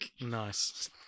nice